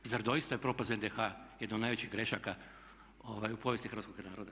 Zar doista je propast NDH jedna od najvećih grešaka u povijesti hrvatskog naroda?